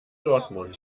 dortmund